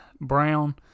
Brown